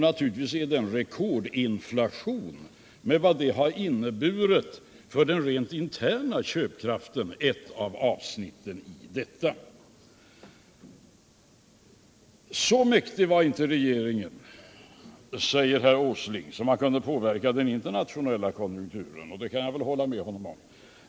Naturligtvis är den rekordstora inflationen med vad den inneburit för den rent interna köpkraften en av orsakerna i detta. Så mäktig var inte regeringen, säger herr Åsling, att den kunde påverka den internationella konjukturen. Det kan jag väl hålla med honom om.